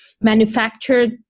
manufactured